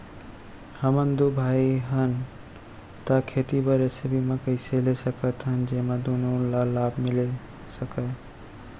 हमन दू भाई हन ता खेती बर ऐसे बीमा कइसे ले सकत हन जेमा दूनो ला लाभ मिलिस सकए?